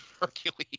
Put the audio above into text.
Hercules